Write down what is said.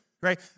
right